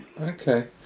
okay